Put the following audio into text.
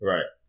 Right